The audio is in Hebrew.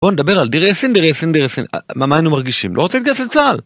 בוא נדבר על דירי אסין, דירי אסין, דירי אסין, מה, מה אנו מרגישים? לא רוצים להתגייס לצה״ל?